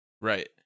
Right